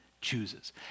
chooses